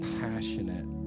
passionate